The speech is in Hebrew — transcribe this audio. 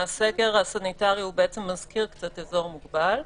הסגר הסניטרי מזכיר קצת אזור מוגבל.